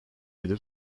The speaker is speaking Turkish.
edip